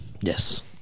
Yes